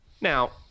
Now